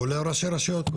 כולל ראשי הרשויות,